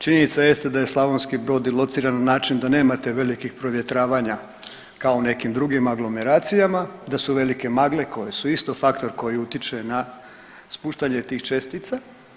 Činjenica jeste da je Slavonski Brod i lociran način da nemate velikih provjetravanja kao u nekim drugim aglomeracijama, da su velike magle koje su isto faktor koji utiče na spuštanje tih čestica.